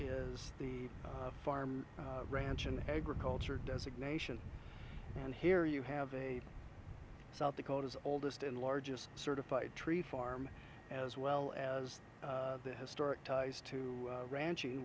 is the farm ranch an agriculture designation and here you have a south dakota's oldest and largest certified tree farm as well as the historic ties to ranching